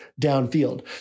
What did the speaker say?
downfield